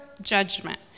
judgment